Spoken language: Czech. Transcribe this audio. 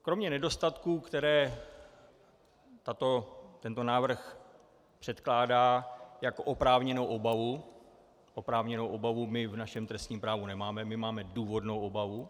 Kromě nedostatků, které tento návrh předkládá jako oprávněnou obavu oprávněnou obavu my v našem trestním právu nemáme, my máme důvodnou obavu.